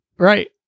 Right